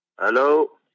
Hello